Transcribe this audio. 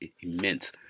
immense